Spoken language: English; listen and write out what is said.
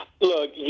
Look